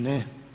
Ne.